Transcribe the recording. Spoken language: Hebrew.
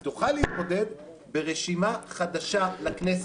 היא תוכל להתמודד ברשימה חדשה לכנסת.